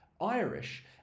irish